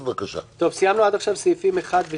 חשבנו בדבר הזה --- לפחות את המספרים תוציאו